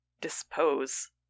dispose